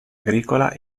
agricola